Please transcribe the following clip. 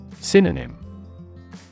Synonym